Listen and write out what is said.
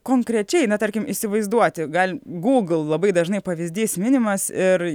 konkrečiai na tarkim įsivaizduoti gal google labai dažnai pavyzdys minimas ir